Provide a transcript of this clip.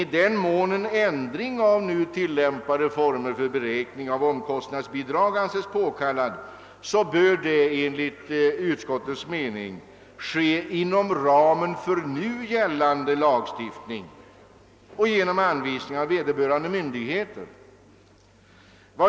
I den mån en ändring av nu tillämpade normer för beräkning av omkostnadsbidrag kan anses påkallad bör den enligt utskottets mening genomföras inom ramen för nu gällande lagstiftning och genom av vederbörande myndigheter utfärdade anvisningar.